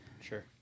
Sure